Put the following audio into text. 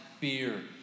fear